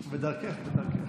בדרכך, בדרכך.